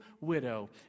widow